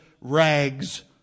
rags